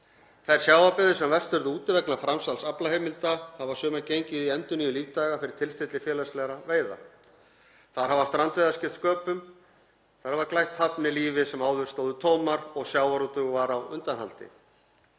Þær sjávarbyggðir sem verst urðu úti vegna framsals aflaheimilda hafa sumar gengið í endurnýjun lífdaga fyrir tilstilli félagslegra veiða. Þar hafa strandveiðar skipt sköpum. Þær hafa glætt hafnir lífi sem áður stóðu tómar og sjávarútvegurinn var á undanhaldi.